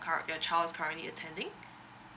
current your child currently attending